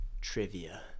trivia